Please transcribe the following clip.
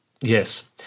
Yes